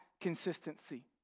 consistency